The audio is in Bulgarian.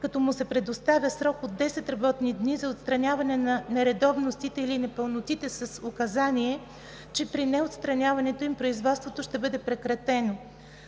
като му се предоставя срок от 10 работни дни за отстраняване на нередовностите или непълнотите с указание, че при неотстраняването им производството ще бъде прекратено.“